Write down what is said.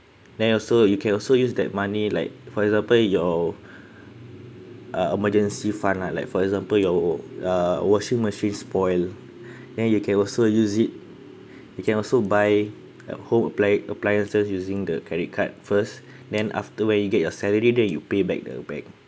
then also you can also use that money like for example your uh emergency fund lah like for example your uh washing machine spoil and you can also use it you can also buy a home appli~ appliances using the credit card first then after when you get your salary then you pay back the bank